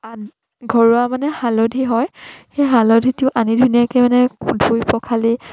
ঘৰুৱা মানে হালধি হয় সেই হালধিটো আনি ধুনীয়াকে মানে ধুই পখালি